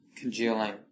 congealing